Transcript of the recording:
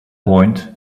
point